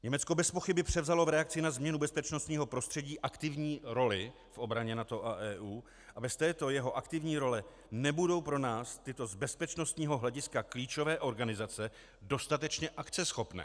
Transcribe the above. Německo bezpochyby převzalo v reakci na změnu bezpečnostního prostředí aktivní roli v obraně NATO a EU a bez této jeho aktivní role nebudou pro nás tyto z bezpečnostního hlediska klíčové organizace dostatečně akceschopné.